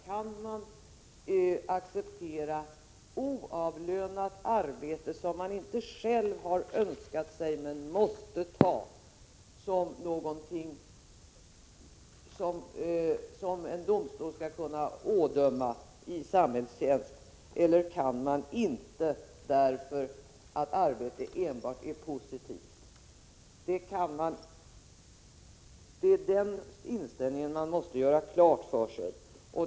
Kan man acceptera oavlönat arbete, som man inte själv har önskat sig men måste ta, som någonting som en domstol skall kunna ådöma i samhällstjänst eller kan man det inte därför att arbete enbart är positivt? Den inställningen måste man göra klar för sig.